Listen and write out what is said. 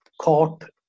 caught